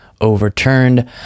overturned